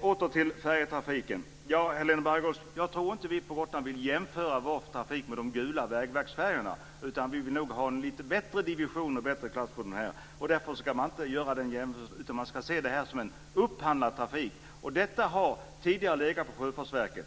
Åter till färjetrafiken: Helena Bargholtz, jag tror inte att vi på Gotland vill jämföra vår trafik med de gula vägverksfärgerna. Vi vill nog ha en lite bättre division och bättre klass på det här. Därför ska man inte göra den jämförelsen utan se det här som en upphandlad trafik. Detta har tidigare legat på Sjöfartsverket.